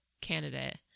candidate